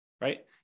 right